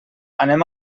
anem